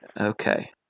Okay